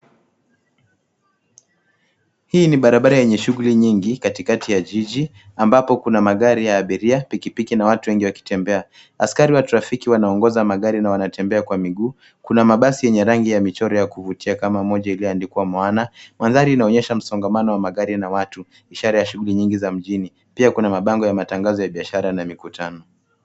Hii ni barabara yenye shughuli nyingi katikati ya jiji ambapo kuna magari ya abiria, pikipiki na watu wengi wakitembea. Askari wa trafiki wana ongoza magari na wanatembea kwa miguu. Kuna mabasi yenye rangi ya michoro yakuvutia kama moja iliyo andikwa Moana. Mandhari inaonyesha msongamano wa magari na watu, ishara ya shughuli nyingi mjini. Pia kuna mabango ya matangazo ya biashara na mikutano.